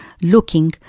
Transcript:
looking